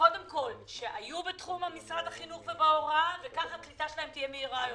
קודם כל שהיו בתחום משרד החינוך וההוראה וכך קליטתם תהיה מהירה יותר.